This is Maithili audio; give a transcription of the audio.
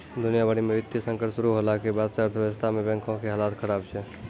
दुनिया भरि मे वित्तीय संकट शुरू होला के बाद से अर्थव्यवस्था मे बैंको के हालत खराब छै